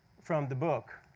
from the book.